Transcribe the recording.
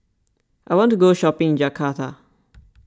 I want to go shopping in Jakarta